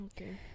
Okay